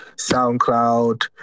SoundCloud